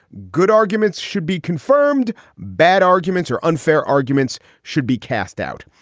good arguments should be confirmed. bad arguments or unfair arguments should be cast out.